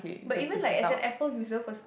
but even like as an Apple user for